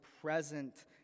present